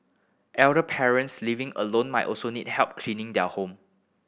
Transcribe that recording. elder parents living alone might also need help cleaning their home